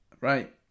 right